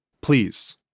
Please